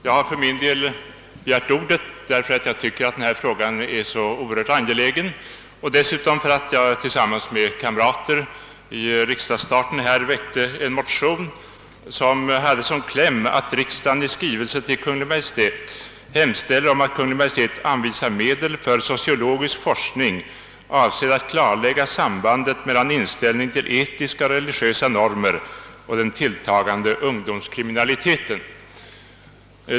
Jag har begärt ordet därför att jag tycker att denna fråga är så oerhört angelägen och dessutom därför att jag tillsammans med kamrater vid riksdagsstarten väckte en motion som hade som kläm »att riksdagen i skrivesle till Kungl. Maj:t hemställer om att Kungl. Maj:t anvisar medel för sociologisk forskning avsedd att klarlägga sambandet mellan inställning till etiska och religiösa normer och den tilltagande ungdomskriminaliteten».